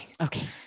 Okay